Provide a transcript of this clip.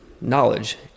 knowledge